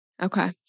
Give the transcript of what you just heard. Okay